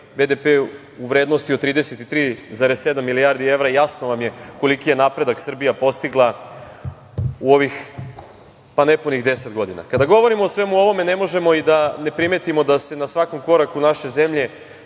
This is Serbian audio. BDP u vrednosti od 33,7 milijardi evra, jasno vam je koliki je napredak Srbija postigla u ovih nepunih deset godina. Kada govorimo o svemu ovome, ne možemo i da ne primetimo da se na svakom koraku naše zemlje